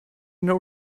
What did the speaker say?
know